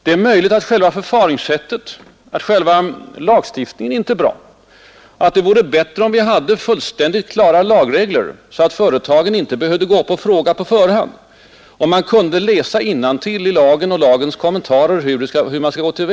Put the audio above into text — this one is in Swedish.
Det är möjligt att vår lagstiftning inte är bra, att det vore bättre om vi hade fullständigt klara lagregler, så att företagen själva inte behövde fråga på förhand. De borde kunna utläsa av lag och lagkommentarer om de villkor som gällde.